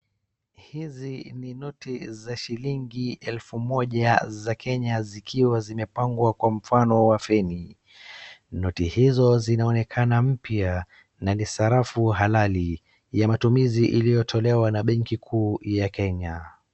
Hizi ni noti za shilingi elfu moja za Kenya zikiwa zimepangwa kwa mfano wa feni. Noti hizo zinaonekana mpya na ni sarafu halali ya matumizi iliyotolewa na benki kuu ya Kenya.